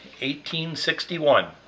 1861